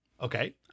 Okay